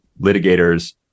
litigators